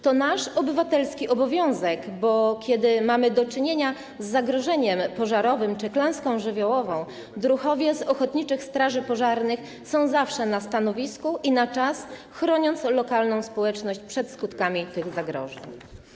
To nasz obywatelski obowiązek, bo kiedy mamy do czynienia z zagrożeniem pożarowym czy klęską żywiołową, druhowie z ochotniczych straży pożarnych są zawsze na stanowisku i na czas chronią lokalną społeczność przed skutkami tych zagrożeń.